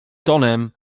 tonem